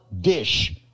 dish